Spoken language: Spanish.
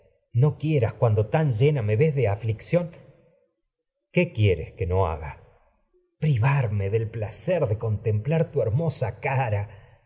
no quieras cuando tan llena me ves de aflicción orestes electra qué quieres privarme que no haga de del placer contemplar tu hermosa cara